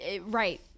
Right